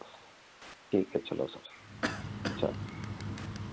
ठीक है चलो सर अच्छा